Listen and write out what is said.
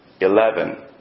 eleven